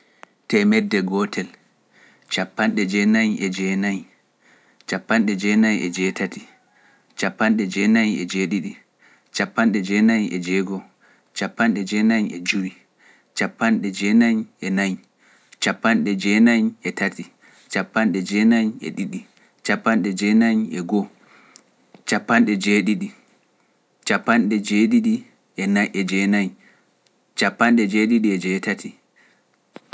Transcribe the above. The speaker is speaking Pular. Teemedde gootel(hundred), cappande jenayi e jenayi(ninety nine), cappande jenayi e jetati(ninety eight), cappande jenayi e jedidi(ninety seven), cappande jenayi e jego(ninety six), cappande jenayi e jowi(ninety five)...